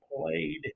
played